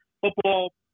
Football